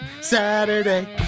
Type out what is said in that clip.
Saturday